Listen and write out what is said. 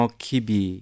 kibi